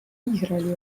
iisraeli